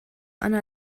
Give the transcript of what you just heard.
anna